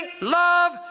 love